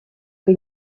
que